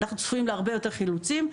אנחנו צפויים להרבה יותר חילוצים.